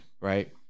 Right